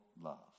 love